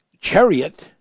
chariot